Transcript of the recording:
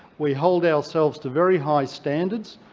we hold ourselves to very high standards,